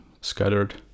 scattered